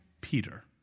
Peter